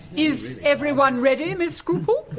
is everyone ready, miss scruple?